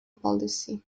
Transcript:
policy